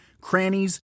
crannies